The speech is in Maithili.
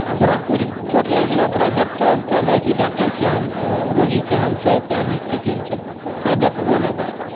आब तोरा किछु चोट लागि गेलऽ तोरा देखतऽ उखतऽ नहि कि डाक्टर केहन रोगी केहन छै केहन स्थितीमे छै तोरा देखबो नहि करतो